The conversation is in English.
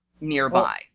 nearby